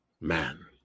man